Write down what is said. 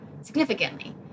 significantly